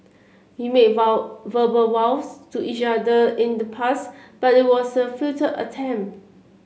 we made vow verbal vows to each other in the past but it was a futile attempt